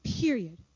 period